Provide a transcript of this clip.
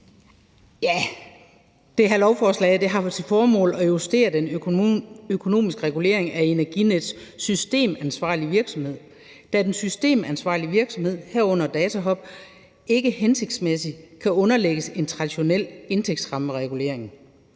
Det her lovforslag har til formål at justere den økonomiske regulering af Energinets systemansvarlige virksomhed, da den systemansvarlige virksomhed, herunder DataHub, ikke hensigtsmæssigt kan underlægges en traditionel indtægtsrammeregulering.